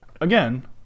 again